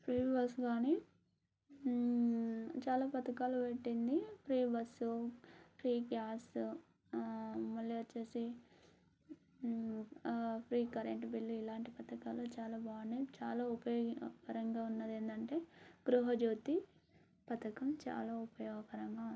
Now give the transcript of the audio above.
free bus గానీ చాలా పథకాలు పెట్టింది ఫ్రీ బస్ ఫ్రీ గ్యాసు మళ్ళీ వచ్చేసి ఫ్రీ కరెంట్ బిల్లు ఇలాంటి పథకాలు చాలా బాగున్నాయి చాలా ఉపయోగకరంగా ఉన్నది ఏంటంటే గృహ జ్యోతి పథకం చాలా ఉపయోగకరంగా ఉంది